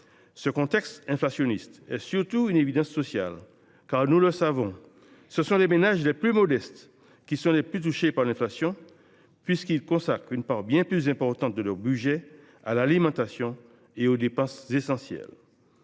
Ce contexte inflationniste est aussi et surtout une évidence sociale, car, nous le savons, ce sont les ménages les plus modestes qui sont les plus touchés par l’inflation, puisqu’ils consacrent une part bien plus importante de leur budget à l’alimentation et aux dépenses essentielles.